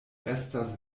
estas